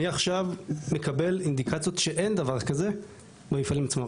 אני עכשיו מקבל אינדיקציות שאין דבר כזה במפעלים אצלנו.